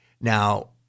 Now